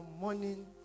morning